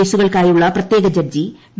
കേസുകൾക്കായുള്ള പ്രത്യേക judge V